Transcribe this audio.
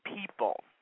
people